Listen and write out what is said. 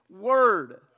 word